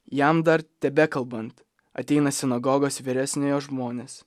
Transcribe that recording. jam dar tebekalbant ateina sinagogos vyresniojo žmonės